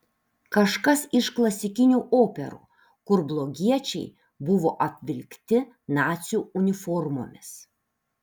kažkas iš klasikinių operų kur blogiečiai buvo apvilkti nacių uniformomis